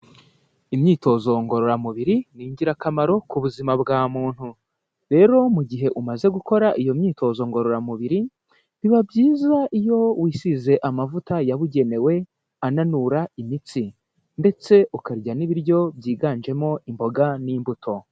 Imyitozo ngororamubiri ni ingirakamaro ku buzima bwa muntu, rero mu gihe umaze gukora iyo myitozo ngororamubiri, biba byiza iyo wisize amavuta yabugenewe ananura imitsi ndetse ukarya n'ibiryo byiganjemo imboga n'imbuto.